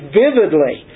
vividly